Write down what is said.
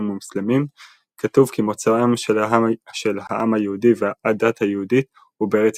ומוסלמים כתוב כי מוצאם של העם היהודי והדת היהודית הוא בארץ